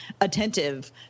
attentive